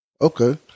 Okay